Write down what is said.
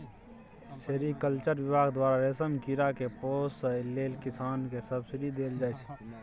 sericulture बिभाग द्वारा रेशम कीरा केँ पोसय लेल किसान केँ सब्सिडी देल जाइ छै